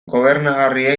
gobernagarria